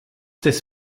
des